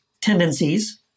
tendencies